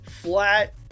flat